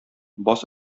баз